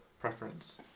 preference